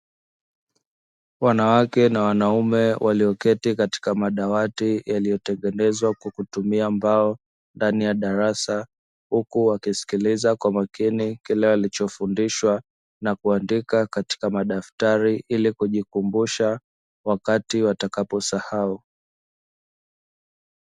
Wanawake na wanaume walioketi katika madawati, yaliyo tengenezwa kwa kutumia mbao ndani ya darasa; huku wakisikiliza kwa makini kile wanachofundishwa na kuandika katika madaftari ili kujikumbusha wakati watakapo sahau.